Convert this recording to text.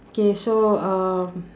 okay so um